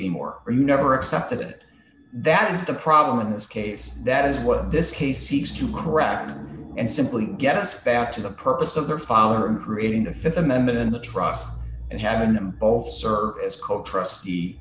anymore or you never accepted it that is the problem in this case that is what this case seeks to correct and simply get as fact to the purpose of their father in creating the th amendment in the trust and having them both circuits co trustee